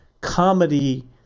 comedy